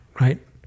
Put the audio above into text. right